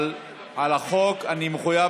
אבל על החוק אני מחויב,